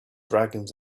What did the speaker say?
dragons